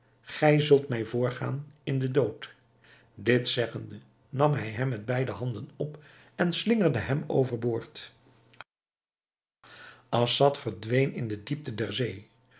gij zult mij voorgaan in den dood dit zeggende nam hij hem met beide handen op en slingerde hem over boord assad verdween in de diepte der zee